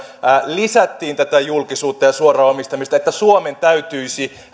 lisättiin tätä julkisuutta ja suoraa omistamista suomen täytyisi